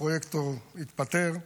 הפרויקטור התפטר.